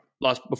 last